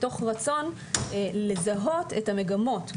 מתוך רצון לזהות את המגמות,